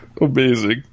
Amazing